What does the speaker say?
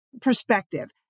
perspective